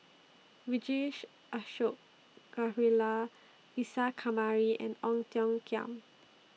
Vijesh Ashok Ghariwala Isa Kamari and Ong Tiong Khiam